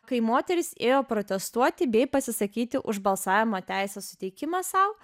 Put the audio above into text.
kai moterys ėjo protestuoti bei pasisakyti už balsavimo teisės suteikimą sau